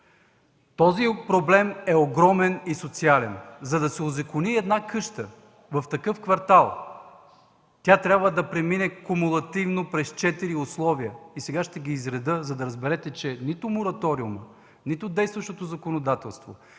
този проблем е огромен и социален. За да се узакони една къща в такъв квартал, тя трябва да премине кумулативно през четири условия. Сега ще ги изредя, за да разберете, че нито мораториум, нито действащото законодателство,